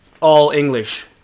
all-English